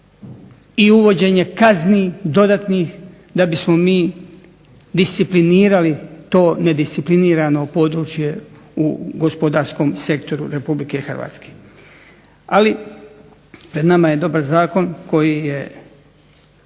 i uvođenje kazni dodatnih da bismo mi disciplinirali to nedisciplinirano područje u gospodarskom sektoru Republike Hrvatske. Ali pred nama je dobar Zakon koji će